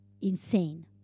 insane